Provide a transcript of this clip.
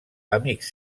amics